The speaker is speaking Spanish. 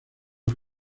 los